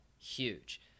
huge